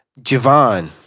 Javon